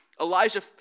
Elijah